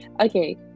okay